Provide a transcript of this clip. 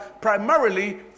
primarily